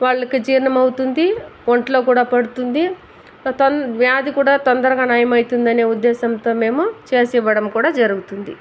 వాళ్ళకి జీర్ణం అవుతుంది ఒంట్లో కూడా పడుతుంది తోం వ్యాధి కూడా తొందరగా నయమవుతాదనే ఉద్దేశ్యంతో మేము చేసి ఇవ్వడం కూడా జరుగుతుంది